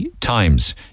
times